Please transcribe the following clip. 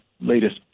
latest